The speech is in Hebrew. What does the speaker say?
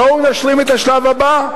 בואו נשלים את השלב הבא,